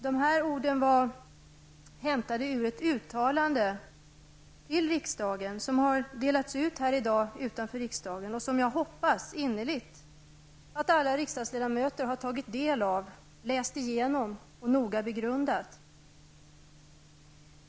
De här orden var hämtade ur ett uttalande till riksdagen som har delats ut i dag utanför Riksdagshuset och som jag innerligt hoppas att alla riksdagsledamöter har tagit del av och noga begrundat.